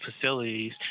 facilities